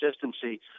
consistency